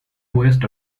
west